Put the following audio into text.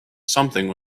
something